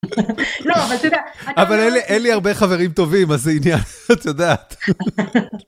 (צוחקת) לא, אבל אתה יודע.. -אבל אין לי הרבה חברים טובים, אז זה עניין, את יודעת (צוחק)